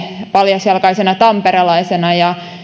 paljasjalkaisena tamperelaisena ja